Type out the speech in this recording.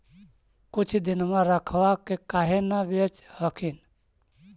कुछ दिनमा रखबा के काहे न बेच हखिन?